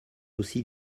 aussi